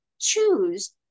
choose